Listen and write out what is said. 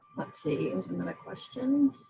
let's see and another question.